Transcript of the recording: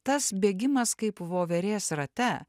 tas bėgimas kaip voverės rate